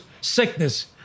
Sickness